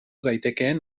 daitekeen